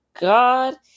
God